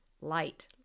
light